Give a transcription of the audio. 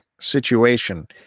situation